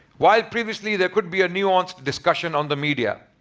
while previously there could be a nuanced discussion on the media.